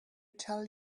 tell